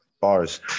Bars